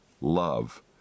love